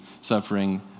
suffering